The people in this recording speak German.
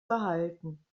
behalten